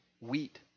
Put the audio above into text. wheat